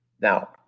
Now